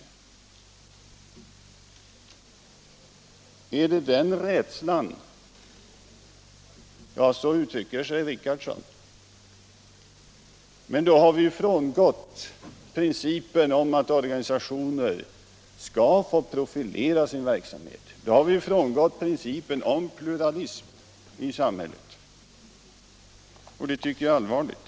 Är detta anledningen till rädslan? Herr Richardson uttrycker sig i alla fall som om så skulle vara fallet. Men då har han ju frångått principen om att organisationer skall få profilera sin verksamhet och principen om pluralism i samhället, och det tycker jag är allvarligt.